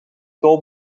tol